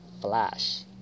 Flash